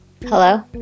Hello